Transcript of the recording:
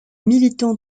militant